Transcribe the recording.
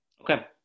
Okay